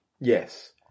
yes